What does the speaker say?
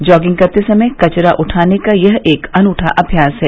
jogging करते समय कचरा उठाने का यह एक अनूठा अभ्यास है